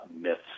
myths